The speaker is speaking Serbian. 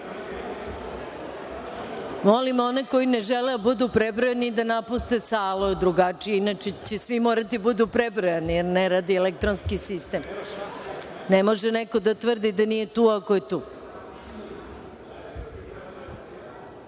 odmah. Molim one koji ne žele da budu prebrojani, da napuste salu. Inače će svi morati da budu prebrojani, jer ne radi elektronski sistem. Ne može neko da tvrdi da nije tu ako je